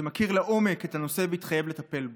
שמכיר לעומק את הנושא והתחייב לטפל בו.